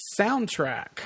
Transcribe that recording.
soundtrack